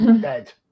dead